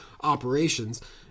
operations